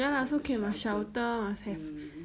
ya lah so can must shelter must have